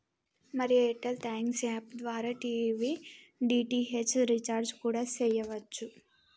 మరి Airtel thanks app ద్వారా TV DTH recharge కూడా సెయ్యవచ్చు